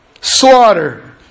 Slaughter